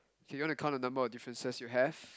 you wanna count the number of differences you have